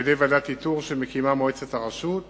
על-ידי ועדת איתור שמקימה מועצת הרשות.